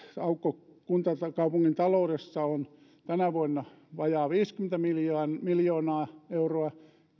aukko kaupungin taloudessa ovat tänä vuonna vajaat viisikymmentä miljoonaa euroa